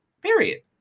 Period